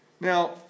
Now